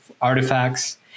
artifacts